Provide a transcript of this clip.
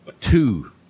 two